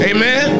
Amen